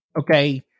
okay